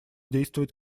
действовать